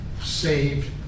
saved